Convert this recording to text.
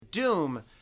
Doom